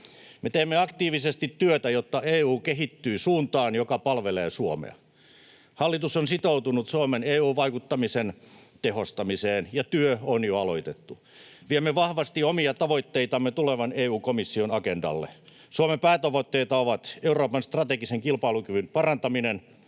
Me teemme aktiivisesti työtä, jotta EU kehittyy suuntaan, joka palvelee Suomea. Hallitus on sitoutunut Suomen EU-vaikuttamisen tehostamiseen, ja työ on jo aloitettu. Viemme vahvasti omia tavoitteitamme tulevan EU-komission agendalle. Suomen päätavoitteita ovat Euroopan strategisen kilpailukyvyn parantaminen,